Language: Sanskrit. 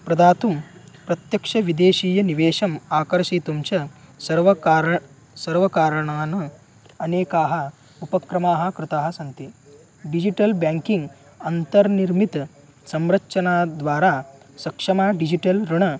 प्रदातुं प्रत्यक्ष विदेशीय निवेशम् आकर्षयितुं च सर्वकारः सर्वकारणान् अनेकाः उपक्रमाः कृताः सन्ति डिजिटल् बेङ्किङ्ग् अन्तर्निर्मितं संरचनाद्वारा सक्षमाः डिजिटल् ऋणम्